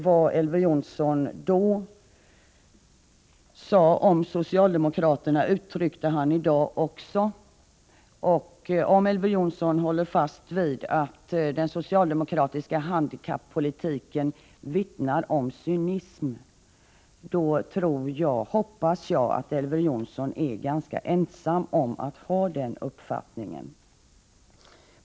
Vad Elver Jonsson då sade om socialdemokraterna uttryckte han även i dag. Om Elver Jonsson håller fast vid att den socialdemokratiska handikappolitiken vittnar om cynism, hoppas jag att han är ganska ensam om den uppfattningen.